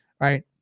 right